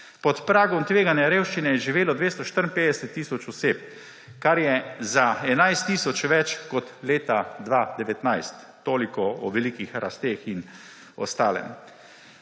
Pod pragom tveganja revščine je živelo 254 tisoč oseb, kar je za 11 tisoč več kot leta 2019. Toliko o velikih rasteh in ostalem.